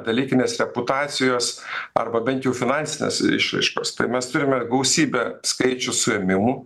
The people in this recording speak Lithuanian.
dalykinės reputacijos arba bent jau finansinės išraiškos tai mes turime gausybę skaičių suėmimų